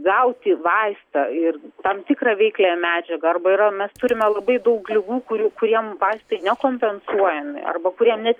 gauti vaistą ir tam tikrą veikliąją medžiagą arba yra mes turime labai daug ligų kurių kuriem vaistai nekompensuojami arba kurie net